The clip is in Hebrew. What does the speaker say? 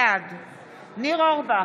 בעד ניר אורבך,